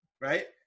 right